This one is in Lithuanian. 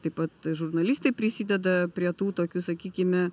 taip pat žurnalistai prisideda prie tų tokių sakykime